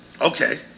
Okay